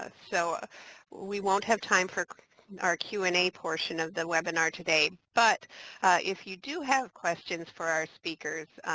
ah so ah we won't have time for our q and a portion of the webinar today. but if you do have questions for our speakers,